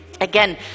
Again